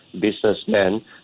businessmen